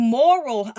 moral